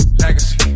Legacy